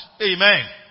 Amen